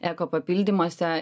eko papildymuose